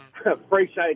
Appreciate